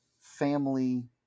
family